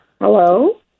Hello